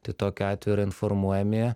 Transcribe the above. tai tokiu atveju yra informuojami